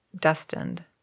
destined